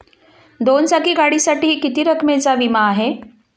दोन चाकी गाडीसाठी किती रकमेचा विमा आहे?